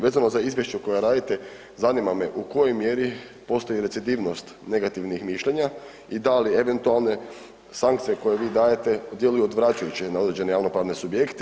Vezano za izvješća koja radite, zanima me u kojoj mjeri postoji recidivnost negativnih mišljenja i da li eventualne sankcije koje vi dajte djeluju odvraćajuće na određene javno pravne subjekte?